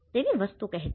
તેવી વસ્તુઓ કહેતા